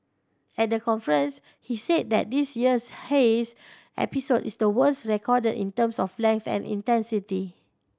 at the conference he said that this year's haze episode is the worst recorded in terms of length and intensity